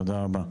תודה רבה.